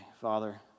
Father